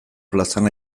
plazan